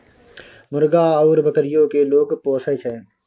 मुर्गा आउर बकरीयो केँ लोग पोसय छै